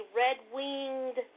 red-winged